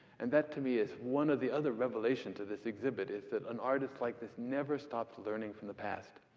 and that, to me, is one of the other revelations of this exhibit, is that an artist like this never stops learning from the past.